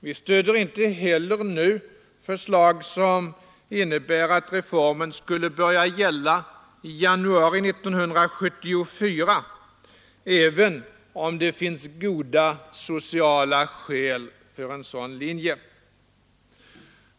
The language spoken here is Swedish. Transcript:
Vi stöder inte heller nu förslag som innebär att reformen skulle börja gälla i januari 1974, även om det finns goda sociala skäl för en sådan linje.